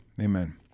amen